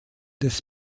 des